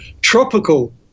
tropical